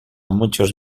muchos